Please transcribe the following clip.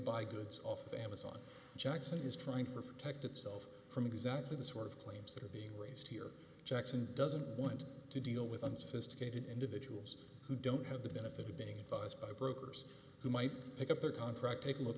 buy goods off amazon jackson is trying to protect itself from exactly the sort of claims being raised here jackson doesn't want to deal with unsophisticated individuals who don't have the benefit of being biased by brokers who might pick up the contract take a look